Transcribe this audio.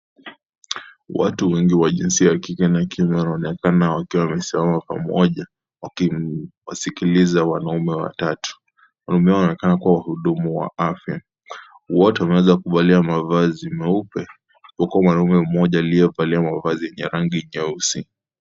Watu wengi wa jinsia ya kike na kiume wanaonekana wakiwa wamesimama pamoja wakiwasikiliza wanaume watatu. Wanaume hao wanaonekana kuwa hudumu wa afya. Wote wameweza kuvalia mavazi meupe. Huko mwanaume mmoja aliyevalia mavazi ya rangi nyeusi.